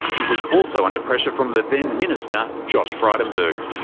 it was also under pressure from the then minister, josh frydenberg.